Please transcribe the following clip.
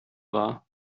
war